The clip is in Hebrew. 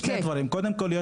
שני דברים קודם כל,